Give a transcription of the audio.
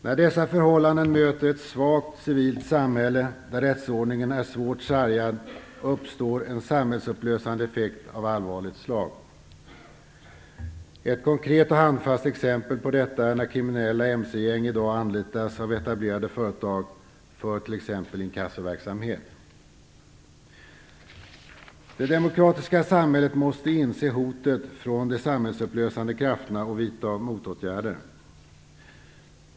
När dessa förhållanden möter ett svagt civilt samhälle, där rättsordningen är svårt sargad, uppstår en samhällsupplösande effekt av allvarligt slag. Ett konkret och handfast exempel på detta är när kriminella mc-gäng i dag anlitas av etablerade företag för t.ex. Det demokratiska samhället måste inse hotet från de samhällsupplösande krafterna och vidta motåtgärder.